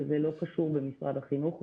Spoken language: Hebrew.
וזה לא קשור למשרד החינוך,